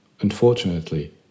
Unfortunately